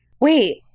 Wait